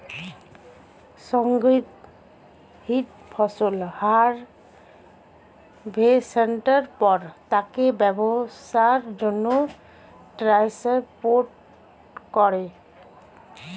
সংগৃহীত ফসল হারভেস্টের পর তাকে ব্যবসার জন্যে ট্রান্সপোর্ট করে